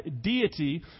deity